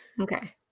Okay